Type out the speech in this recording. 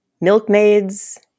milkmaids